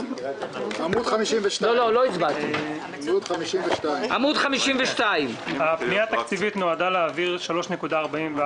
עמ' 52. דובר: הפנייה התקציבית נועדה להעביר 3.44